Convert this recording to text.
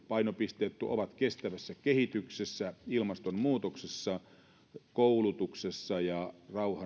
painopisteet ovat kestävässä kehityksessä ilmastonmuutoksessa koulutuksessa sekä rauhan ja